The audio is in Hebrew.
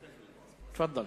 תפאדל.